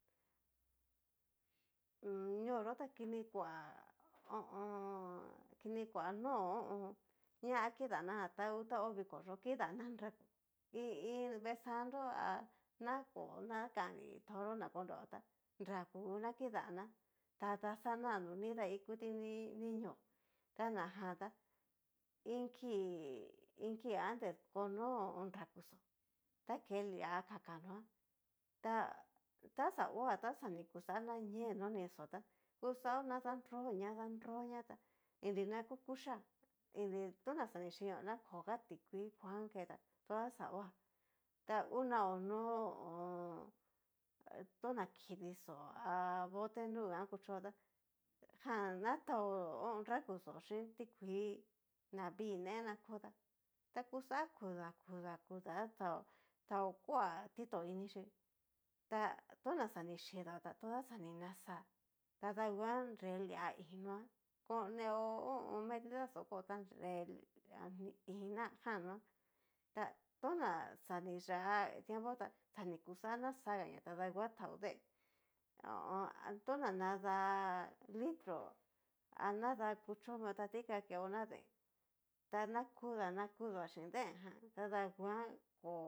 Ñóo yó ya kini ku'a kini ku'a noó ho o on.ña akidana ta ngu ta ko viko xó kidaná nraku i iin vesandró ha nako na kannrí toró na koreo tá nraku hú na kidaná ta daxana no nidá ikuti ni nruí ñoo ta na jan tá iin kii iin kii antes kono ho o on. nrakú xó ta ké lia kakanoá ta taxaóa taxa ni kuxa na ñé nrakuxó kuxao ña danroña danroña ta nri na ku kuxhiá, inri tona xa nixhinio na koga tikuii kuan ke'e tá, toda xa ho'a ta ngu na onó ho. tona kidixó a bote nunguan kuchó tá jan nataó nrakuxó xhín ti kuii na vine na kotá ta kuxa kudua kudua kudua, ta tao tao kua titón ini chí ta tona xa ni xhidua toda xa ni na xá'a tada nguan nre lia íin noá koneo ho o on. medida xó ko ta nre lia íin jan noá ta tona xa ni yá tiempo tá xani kuxá naxaga ñá tada nguan táo deen ho o on. tona nadá litro a nadá kucho mio ta dikan keo na deen ta nakudua nakudua xhin deenjan ta ngua kó.